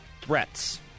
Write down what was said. Threats